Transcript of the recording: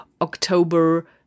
October